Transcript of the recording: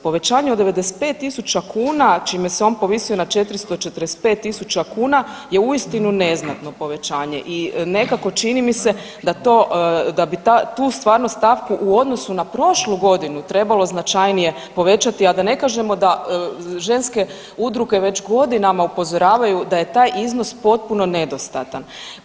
Povećanje od 95.000 kuna čime se on povisuje na 445.000 kuna je uistinu neznatno povećanje i nekako čini mi se da bi tu stvarnu stavku o odnosu na prošlu godinu trebalo značajnije povećati, a da ne kažemo da ženske Udruge već godinama upozoravaju da je taj iznos potpuno nedostatan.